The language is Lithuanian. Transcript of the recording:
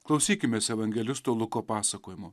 klausykimės evangelisto luko pasakojimo